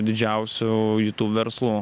didžiausių youtube verslų